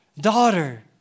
daughter